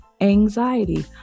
anxiety